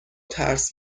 ترس